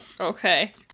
Okay